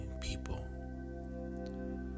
people